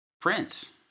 Prince